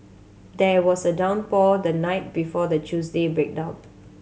there was a downpour the night before the Tuesday breakdown